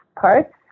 parts